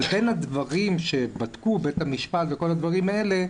אבל הדברים שבדקו בית המשפט וכל הדברים האלה,